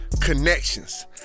connections